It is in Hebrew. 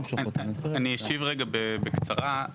אנחנו מבינים מהם שזה כרגע מבחינה לוגיסטית